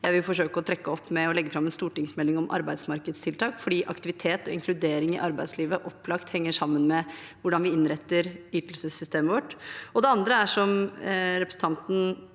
jeg vil forsøke å trekke opp ved å legge fram en stortingsmelding om arbeidsmarkedstiltak, for aktivitet og inkludering i arbeidslivet henger opplagt sammen med hvordan vi innretter ytelsessystemet vårt. Det andre er, som både representanten